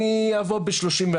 אני אבוא ב-31,